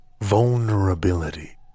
vulnerability